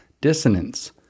dissonance